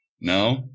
No